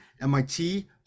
MIT